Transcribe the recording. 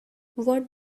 what